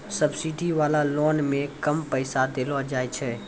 subsidy वाला loan मे कम पैसा देलो जाय छै